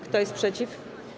Kto jest przeciw?